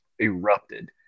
erupted